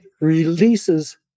releases